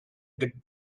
get